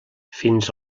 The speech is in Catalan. fins